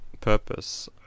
purpose